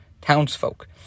townsfolk